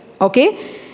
Okay